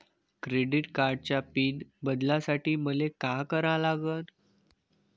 Credit कार्डाचा pin बदलासाठी मले का करा लागन?